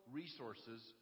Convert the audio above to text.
resources